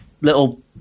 little